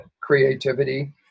creativity